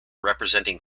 representing